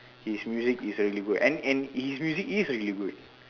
his music is really good and and his music is really good